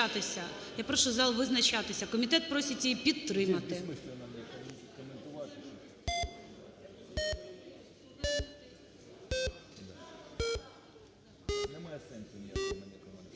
Я прошу зал визначатися, комітет просить її підтримати.